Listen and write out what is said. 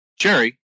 Jerry